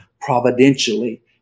providentially